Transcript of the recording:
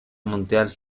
mundial